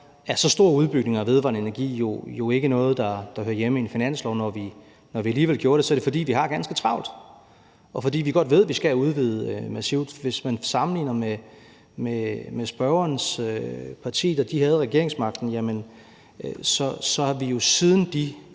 er så store udbygninger af vedvarende energi jo ikke noget, der hører hjemme i en finanslov; når vi alligevel gjorde det, er det, fordi vi har ganske travlt, og fordi vi godt ved, at vi skal have udvidet massivt. Hvis man sammenligner med spørgerens parti, da de havde regeringsmagten, så har vi jo, siden de